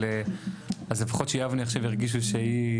אבל, אז לפחות עכשיו שיבנה ירגישו שהיא,